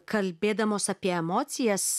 kalbėdamos apie emocijas